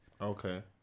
Okay